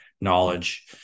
knowledge